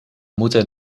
moeten